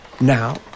now